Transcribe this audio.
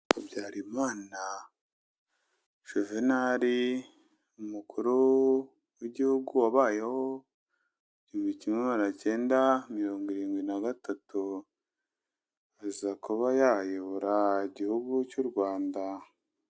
Habyarimana Juvenali umukuru w'igihugu wabayeho mu gihumbi kimwe magana acyenda mirongo irindwi na gatatu. Aza kuba yayobora igihugu cy'u Rwanda.